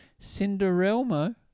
Cinderelmo